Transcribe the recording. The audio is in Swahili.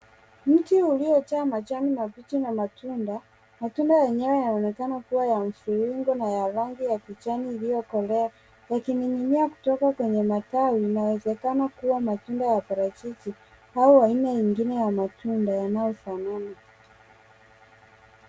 Mti uliojaa majani mabichi na matunda. Matunda yenyewe yanaonekana kuwa ya mviringo na ya rangi ya kijani iliyokolea yakining'inia kutoka kwenye matawi. Inawezekana kuwa matunda ya parachichi au aina nyingine ya matunda yanayofanana.